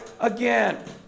again